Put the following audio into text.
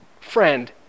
Friend